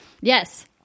Yes